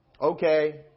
okay